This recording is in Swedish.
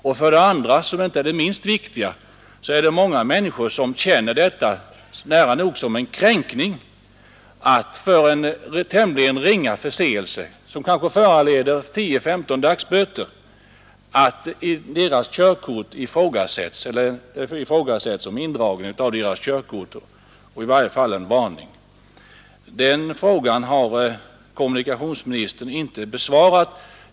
En annan sak, inte mindre viktig, är att många människor känner det nära nog som en kränkning att en tämligen ringa förseelse, som kanske föranleder 10—15 dagsböter, skall medföra att körkortsindragning eller i varje fall varning ifrågasätts.